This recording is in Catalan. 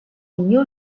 unió